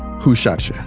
who shot ya?